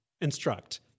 instruct